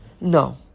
No